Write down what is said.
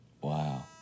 Wow